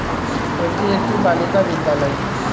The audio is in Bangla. এটি একটি বালিকা বিদ্যালয়